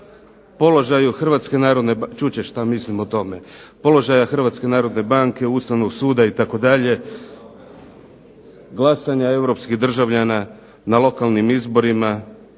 Položaja Hrvatske narodne banke, Ustavnog suda itd., glasanja europskih državljana na lokalnim izborima